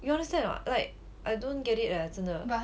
you understand or not like I don't get it leh 真的